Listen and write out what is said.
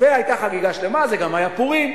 היתה חגיגה שלמה, זה גם היה פורים.